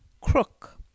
crook